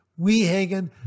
wehagen